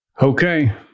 Okay